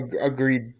Agreed